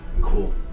Cool